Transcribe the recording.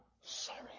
sorry